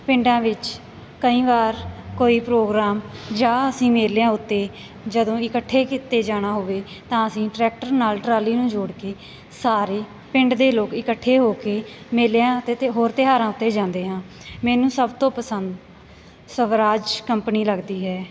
ਪਿੰਡਾਂ ਵਿੱਚ ਕਈ ਵਾਰ ਕੋਈ ਪ੍ਰੋਗਰਾਮ ਜਾਂ ਅਸੀਂ ਮੇਲਿਆਂ ਉੱਤੇ ਜਦੋਂ ਇਕੱਠੇ ਕਿਤੇ ਜਾਣਾ ਹੋਵੇ ਤਾਂ ਅਸੀਂ ਟਰੈਕਟਰ ਨਾਲ ਟਰਾਲੀ ਨੂੰ ਜੋੜ ਕੇ ਸਾਰੇ ਪਿੰਡ ਦੇ ਲੋਕ ਇਕੱਠੇ ਹੋ ਕੇ ਮੇਲਿਆਂ 'ਤੇ ਤੇ ਹੋਰ ਤਿਉਹਾਰਾਂ ਉੱਤੇ ਜਾਂਦੇ ਹਾਂ ਮੈਨੂੰ ਸਭ ਤੋਂ ਪਸੰਦ ਸਵਰਾਜ ਕੰਪਨੀ ਲੱਗਦੀ ਹੈ